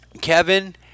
Kevin